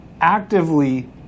actively